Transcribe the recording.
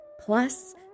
Plus